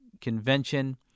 convention